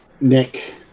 Nick